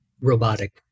robotic